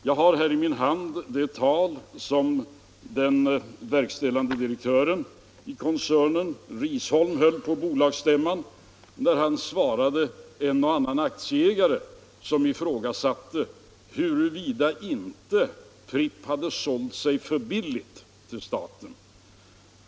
Jag har i min hand det tal som verkställande direktören i koncernen, Anders Risholm, höll på bolagsstämman när han svarade en och annan aktieägare som ifrågasatte huruvida inte Pripps - Nr 35 hade sålt sig för billigt till staten.